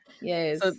Yes